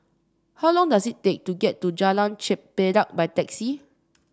how long does it take to get to Jalan Chempedak by taxi